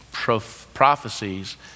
prophecies